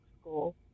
school